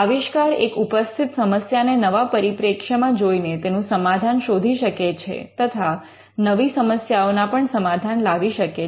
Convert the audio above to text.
આવિષ્કાર એક ઉપસ્થિત સમસ્યાને નવા પરિપ્રેક્ષ્યમાં જોઈને તેનું સમાધાન શોધી શકે છે તથા નવી સમસ્યાઓના પણ સમાધાન લાવી શકે છે